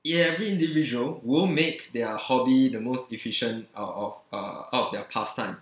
every individual will make their hobby the most efficient out of uh out of their pastime